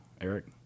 Eric